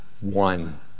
one